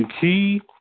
key